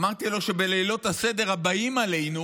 אמרתי לו שבלילות הסדר הבאים עלינו